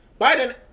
biden